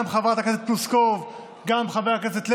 גם חברת הכנסת פלוסקוב,